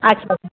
अच्छा